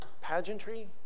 pageantry